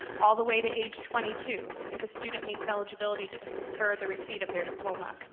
all the way to age twenty two if a student meets eligibility to defer the receipt of their diploma.